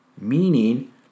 meaning